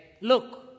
Look